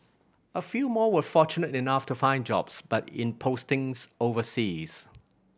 a few more were fortunate enough to find jobs but in postings overseas